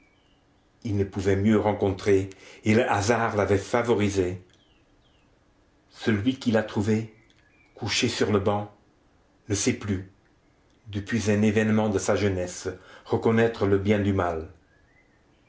il ne pouvait mieux rencontrer et le hasard l'avait favorisé celui qu'il a trouvé couché sur le banc ne sait plus depuis un événement de sa jeunesse reconnaître le bien du mal